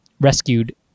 rescued